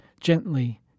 gently